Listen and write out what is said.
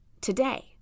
Today